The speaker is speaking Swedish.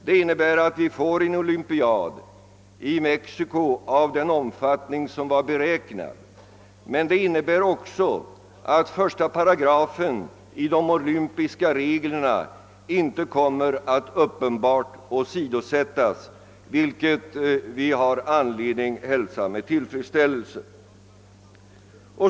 Detta innebär att vi nu får en olympiad i Mexico av den omfattning som var beräknad, men det innebär också att första paragrafen i de olympiska reglerna inte kommer att uppenbart åsidosättas, vilket vi har anledning att hälsa med tillfredsställelse.